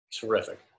Terrific